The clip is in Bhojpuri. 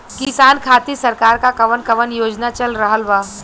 किसान खातिर सरकार क कवन कवन योजना चल रहल बा?